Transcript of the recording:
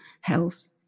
health